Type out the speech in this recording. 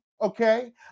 Okay